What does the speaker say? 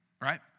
Right